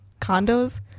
condos